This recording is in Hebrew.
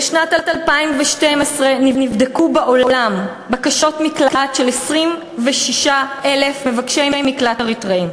בשנת 2012 נבדקו בעולם בקשות מקלט של 26,000 מבקשי מקלט אריתריאים.